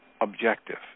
objective